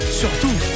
surtout